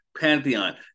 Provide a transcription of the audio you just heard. Pantheon